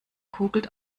kugelt